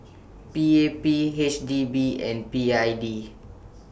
B A B H D B and B I D